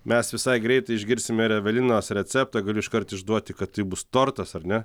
mes visai greit išgirsime ir evelinos receptą galiu iškart išduoti kad tai bus tortas ar ne